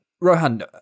Rohan